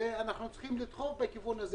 ואנחנו צריכים לדחוף בכיוון הזה.